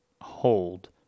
hold